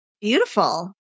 beautiful